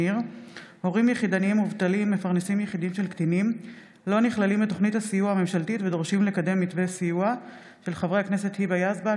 בעקבות דיון מהיר בהצעתם של חברי הכנסת היבה יזבק,